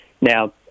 Now